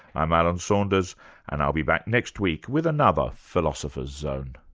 i'm alan saunders and i'll be back next week with another philosopher's zone